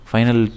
Final